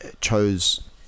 chose